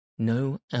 No